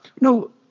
No